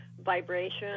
vibration